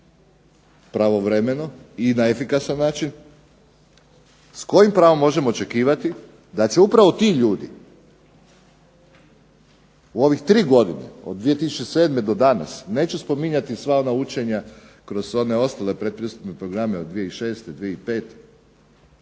pravovremeno i na efikasan način, s kojim pravom možemo očekivati da će upravo ti ljudi u ovih 3 godine od 2007. do danas, neću spominjati sva ona učenja kroz sve one ostale pretpristupne programe od 2006., 2005.,